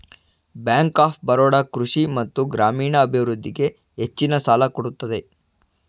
bank of Baroda ಕೃಷಿ ಮತ್ತು ಗ್ರಾಮೀಣ ಅಭಿವೃದ್ಧಿಗೆ ಹೆಚ್ಚಿನ ಸಾಲ ಕೊಡುತ್ತದೆ